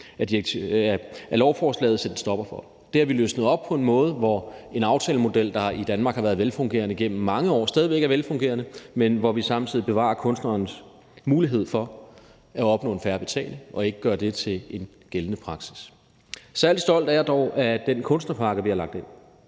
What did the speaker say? af lovforslaget sætte en stopper for. Det har vi løsnet op på en måde, hvor en aftalemodel, der i Danmark har været velfungerende gennem mange år, stadig væk er velfungerende, men hvor vi samtidig bevarer kunstnernes mulighed for at opnå en fair betaling og ikke gør det til en gældende praksis. Kl. 19:51 Særlig stolt er jeg dog af den kunstnerpakke, vi har lagt ind,